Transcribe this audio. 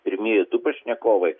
pirmieji du pašnekovai